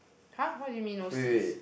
!huh! what do you mean no seats